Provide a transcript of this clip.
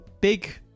Big